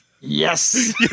Yes